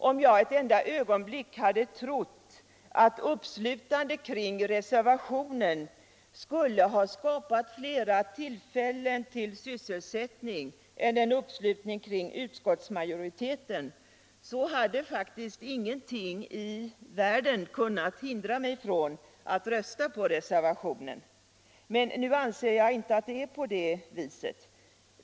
Om jag ett enda ögonblick hade trott att en uppslutning kring reservationen skulle ha skapat fler tillfällen till sysselsättning än en uppslutning kring utskottsmajoritetens hemställan hade faktiskt ingenting i världen kunnat hindra mig från att rösta för reservationen. Men nu anser jag inte att det är på det viset.